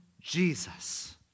Jesus